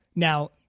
Now